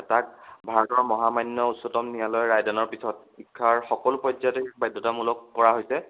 তাক ভাৰতৰ মহামান্য উচ্চতম নিয়ালৈ ৰাইদনৰ পিছত শিক্ষাৰ সকলো পৰ্যায়তেই বাধ্যতামূলক কৰা হৈছে